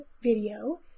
video